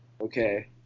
Okay